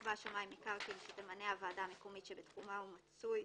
יקבע שמאי של עלויותמקרקעין שתמנה הוועדה המקומית שבתחומה הוא מצוי,